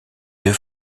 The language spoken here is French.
deux